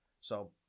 So-